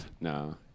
No